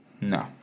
No